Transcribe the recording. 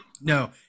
No